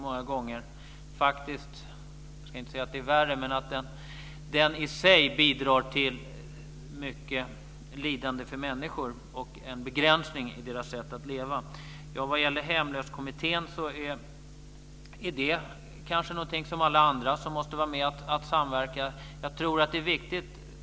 Jag ska inte säga att rädslan i sig är värre, men många gånger bidrar den faktiskt till mycket lidande för människor och en begränsning i deras sätt att leva. Vad gäller Hemlösekommittén måste den kanske vara med och samverka som alla andra.